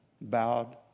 bowed